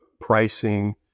pricing